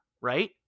right